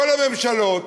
כל הממשלות